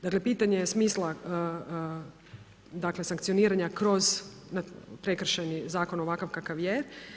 Dakle pitanje je smisla sankcioniranja kroz Prekršajni zakon ovakav kakav je.